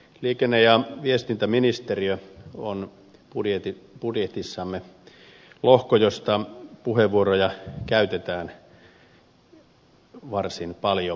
liikenne ja viestintäministeriö on budjetissamme lohko josta puheenvuoroja käytetään varsin paljon